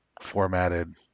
formatted